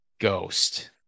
ghost